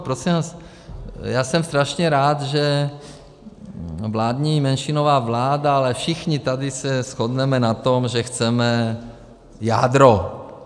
Prosím vás, já jsem strašně rád, že vládní menšinová vláda, ale všichni tady se shodneme na tom, že chceme jádro.